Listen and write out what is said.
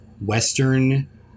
western